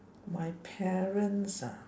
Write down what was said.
my parents ah